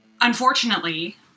Unfortunately